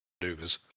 maneuvers